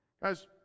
guys